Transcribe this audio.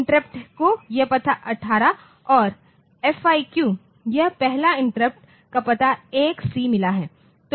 IRQ interrupt को यह पता 18 और फआरक्यू या पहला इंटरप्ट को पता 1C मिला है